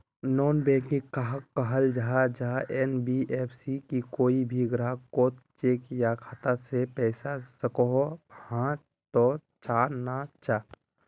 Non banking कहाक कहाल जाहा जाहा एन.बी.एफ.सी की कोई भी ग्राहक कोत चेक या खाता से पैसा सकोहो, हाँ तो चाँ ना चाँ?